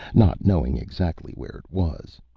not knowing exactly where it was.